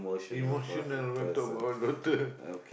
emotional when talk about my daughter